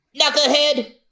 Knucklehead